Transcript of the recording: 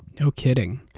no kidding.